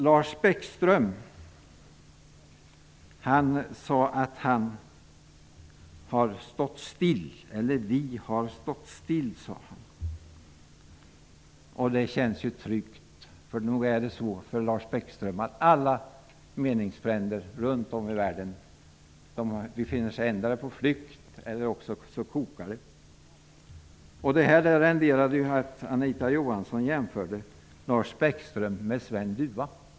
Lars Bäckström sade att vi har stått still, och det känns ju tryggt. Alla Lars Bäckströms meningsfränder runt om i världen befinner sig endera på flykt eller i en kokande kittel. Detta föranledde att Anita Johansson jämförde Lars Bäckström med Sven Dufva.